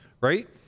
right